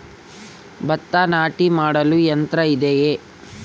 ಭತ್ತ ನಾಟಿ ಮಾಡಲು ಯಂತ್ರ ಇದೆಯೇ?